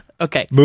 Okay